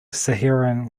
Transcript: saharan